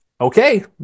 okay